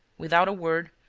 without a word,